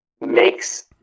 makes